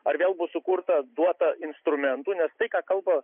ar vėl bus sukurta duota instrumentų nes tai ką kalba